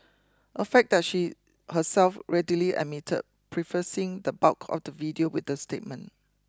a fact that she herself readily admitted prefacing the bulk of the video with this statement